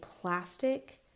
plastic